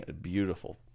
Beautiful